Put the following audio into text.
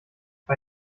bei